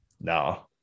no